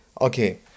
Okay